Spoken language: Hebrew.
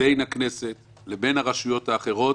הכנסת לרשויות האחרות.